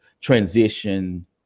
transition